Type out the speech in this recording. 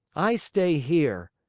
i stay here,